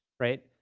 right?